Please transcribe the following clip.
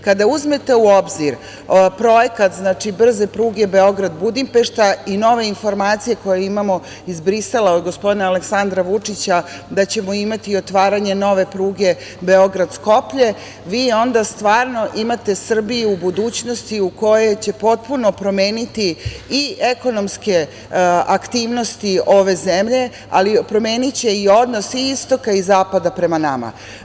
Kada uzmete u obzir projekat brze pruge Beograd-Budimpešta i nove informacije koje imamo i Brisela od gospodina Aleksandra Vučića da ćemo imati otvaranje nove pruge Beograd-Skoplje, vi onda stvarno imate Srbiju budućnosti koja će potpuno promeniti i ekonomske aktivnosti ove zemlje, ali promeniće i odnos i istoka i zapada prema nama.